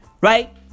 Right